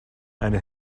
and